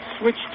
switch